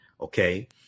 Okay